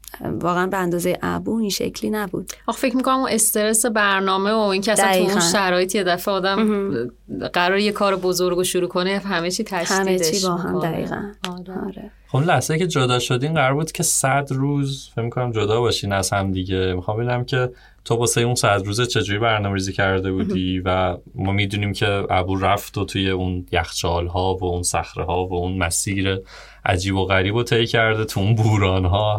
واقعاً به اندازه ابو این شکلی نبود. آخه فکر می‌کنم اون استرس برنامه و اینکه اصلا تو اون دقیقاً. شرایط یه دفعه آدم مهم. قراره یه کار بزرگ رو شروع کنه، همه چی تشدیدش همه چی با هم، می‌کنه. دقیقاً. آره. آره. خب، لحظه‌ای که جدا شدین قرار بود که 100 روز، فکر می‌کنم جدا باشین از هم دیگه. می‌خوام ببینم که تو واسه اون 100 روزه چه جوری برنامه‌ریزی کرده بودی مهم. و ما می‌دونیم که ابو رفت و توی اون یخچال‌ها و اون صخره‌ها و اون مسیر عجیب و غریب رو طی کرده تو اون بوران‌ها.